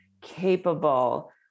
capable